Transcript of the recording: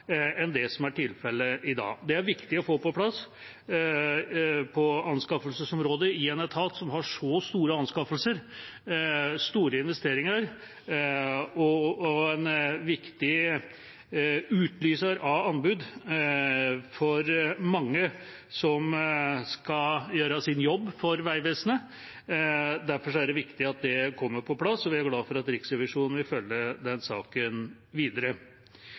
dag. Det er viktig å få på plass på anskaffelsesområdet i en etat som har så store anskaffelser, så store investeringer, og som er en viktig utlyser av anbud for mange som skal gjøre sin jobb for Vegvesenet. Derfor er det viktig at det kommer på plass, og vi er glade for at Riksrevisjonen vil følge den saken videre.